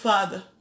Father